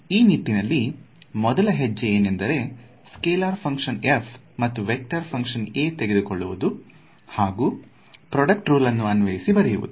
ಈ ನಿಟ್ಟಿನಲ್ಲಿ ಮೊದಲ ಹೆಜ್ಜೆ ಏನೆಂದರೆ ಸ್ಕೆಲಾರ್ ಫ್ಹಂಕ್ಷನ್ f ಮತ್ತು ವೇಕ್ಟರ್ ಫ್ಹಂಕ್ಷನ್ A ತೆಗೆದುಕೊಳ್ಳುವುದು ಹಾಗೂ ಪ್ಪ್ರೊಡ್ಯೂಕ್ಟ್ ರೂಲ್ ಅನ್ನು ಅನ್ವಸಿ ಬರೆಯುವುದು